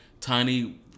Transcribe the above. Tiny